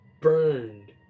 burned